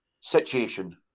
situation